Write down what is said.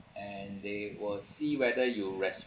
and they will see whether you res~